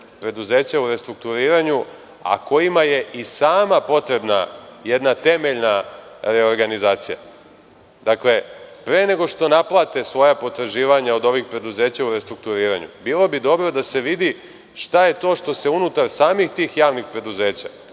preduzeća u restrukturiranju, a kojima je i sama potrebna jedna temeljna reorganizacija. Dakle, pre nego što naplate svoja potraživanja od ovih preduzeća u restrukturiranju bilo bidobro da se vidi šta je to što se unutar samih tih javnih preduzeća,